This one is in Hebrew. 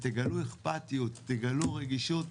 תגלו אכפתיות, תגלו רגישות.